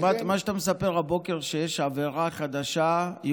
מה שאתה מספר הבוקר זה שיש עבירה יהודית חדשה,